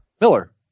Miller